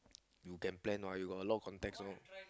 you can plan and all you got a lot of contacts you know